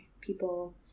people